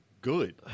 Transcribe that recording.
good